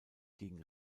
gegen